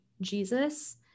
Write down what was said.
Jesus